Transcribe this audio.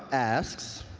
asks,